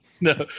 No